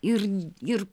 ir ir